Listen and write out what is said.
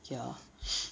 ya